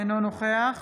אינו נוכח